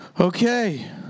Okay